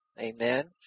Amen